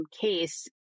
case